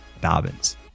Dobbins